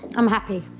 i'm happy.